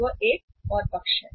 वह एक और पक्ष है